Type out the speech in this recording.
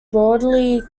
broadly